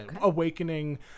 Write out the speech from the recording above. awakening